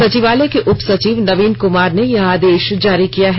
सचिवालय के उप सचिव नवीन कुमार ने यह आदेश जारी किया है